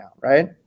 right